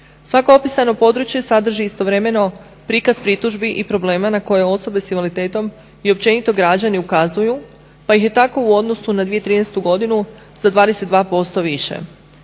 Svako opisano područje sadrži istovremeno prikaz pritužbi i problema na koje osobe sa invaliditetom i općenito građani ukazuju, pa ih je tako u odnosu na 2013. godinu za 22% više.